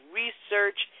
research